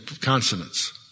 consonants